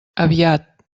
aviat